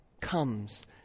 comes